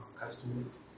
customers